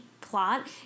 plot